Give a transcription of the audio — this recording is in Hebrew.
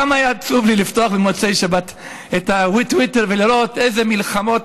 כמה היה לי עצוב לפתוח במוצאי שבת את הטוויטר ולראות איזה מלחמות,